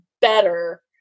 better